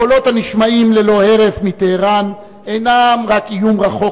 הקולות הנשמעים ללא הרף מטהרן אינם רק איום רחוק,